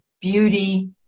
beauty